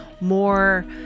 more